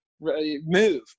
move